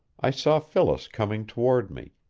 i saw phyllis coming toward me,